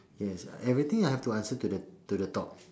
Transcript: yes uh everything I have to answer to the to the top